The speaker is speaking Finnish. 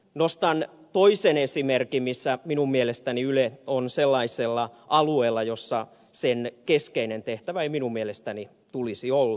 nostan toisen esimerkin missä minun mielestäni yle on sellaisella alueella jolla sen keskeisen tehtävän perusteella sen ei minun mielestäni tulisi olla